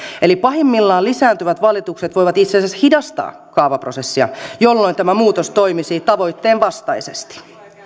eli pahimmillaan lisääntyvät valitukset voivat itse asiassa hidastaa kaavaprosessia jolloin tämä muutos toimisi tavoitteen vastaisesti